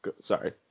Sorry